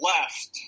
left